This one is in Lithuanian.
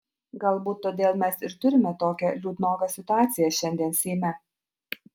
galbūt todėl mes ir turime tokią liūdnoką situaciją šiandien seime